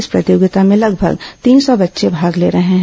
इस प्रतियोगिता में लगभग तीन सौ बच्चे भाग ले रहे हैं